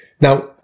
Now